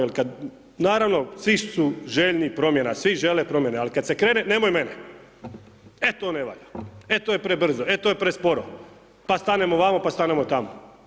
Jer kad, naravno svi su željni promjena, svi žele promjene ali kada se krene, nemoj me, e to ne valja, e to je prebrzo, e to je presporo, pa stanemo vamo, pa stanemo tamo.